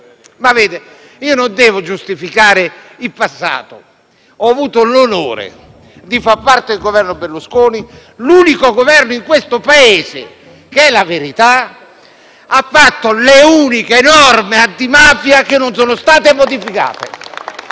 al denaro. Non devo giustificare il passato, però: ho avuto l'onore di far parte del Governo Berlusconi, l'unico in questo Paese che, per la verità, ha fatto le uniche norme antimafia che non sono state modificate.